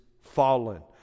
fallen